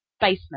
basement